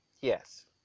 Yes